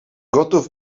gotów